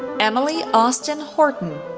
emily austin horton,